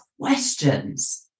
questions